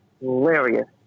hilarious